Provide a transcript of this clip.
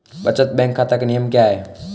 बचत बैंक खाता के नियम क्या हैं?